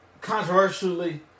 controversially